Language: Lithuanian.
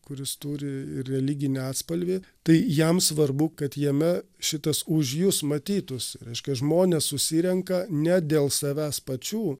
kuris turi religinį atspalvį tai jam svarbu kad jame šitas už jus matytųsi reiškia žmonės susirenka ne dėl savęs pačių